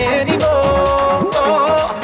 anymore